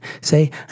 Say